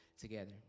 together